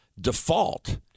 default